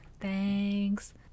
Thanks